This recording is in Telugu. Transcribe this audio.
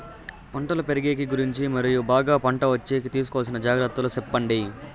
పంటలు పెరిగేకి గురించి మరియు బాగా పంట వచ్చేకి తీసుకోవాల్సిన జాగ్రత్త లు సెప్పండి?